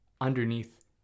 underneath